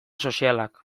sozialak